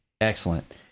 Excellent